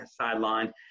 sideline